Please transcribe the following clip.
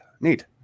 Neat